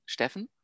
steffen